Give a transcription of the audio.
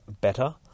better